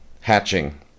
hatching